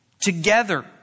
together